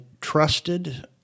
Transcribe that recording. trusted